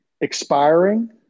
expiring